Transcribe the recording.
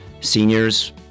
seniors